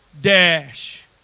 dash